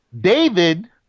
david